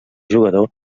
jugador